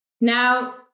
Now